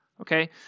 okay